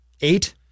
eight